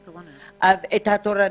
התורנויות.